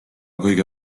kõige